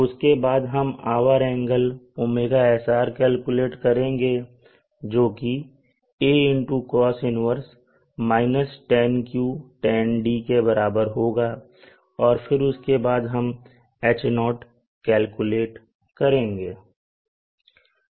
उसके बाद हम आवर एंगल 𝞈sr कैलकुलेट करेंगे जो कि aCos 1 - tanQ tan d के बराबर होगा और फिर उसके बाद हम H0 कैलकुलेट करेंगे